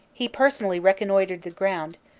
he per sonally reconnoitred the ground,